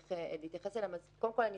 שצריך להתייחס לכמה דברים: ראשית,